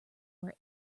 where